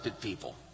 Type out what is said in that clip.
people